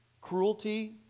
cruelty